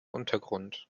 untergrund